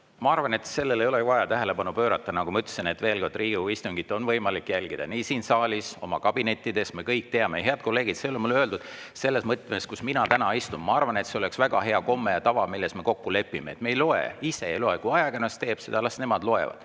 Ma arvan, et sellele ei olegi vaja tähelepanu pöörata. Nagu ma ütlesin, veel kord, Riigikogu istungit on võimalik jälgida nii siin saalis kui ka oma kabinettides. Me kõik teame seda. Head kolleegid, see oli mul öeldud selles võtmes, kus mina täna istun. Ma arvan, et see oleks väga hea komme ja tava, milles me kokku lepime, et me ise ei loe. Kui ajakirjandus teeb seda, siis las nemad loevad.